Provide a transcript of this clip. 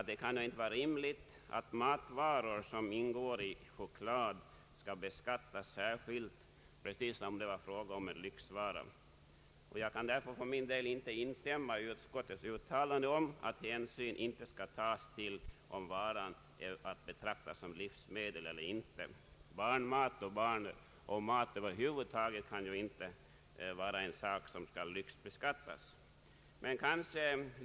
Det kan ju inte vara rimligt att matvaror i vilka choklad ingår skall beskattas särskilt, precis som om de skulle vara lyxvaror. För min del kan jag inte instämma i utskottets uttalande att hänsyn inte skall tas till om varan är att betrakta som livsmedel. Barnmat och mat över huvud taget borde inte lyxbeskattas.